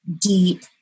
deep